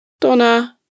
Donna